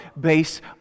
based